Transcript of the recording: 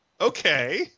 okay